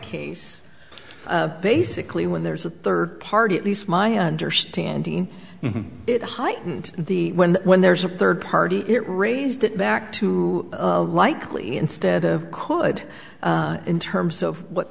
case basically when there's a third party at least my understanding it heightened the when when there's a third party it raised it back to likely instead of could in terms of what